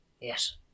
Yes